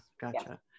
gotcha